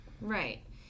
Right